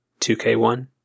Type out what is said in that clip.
2K1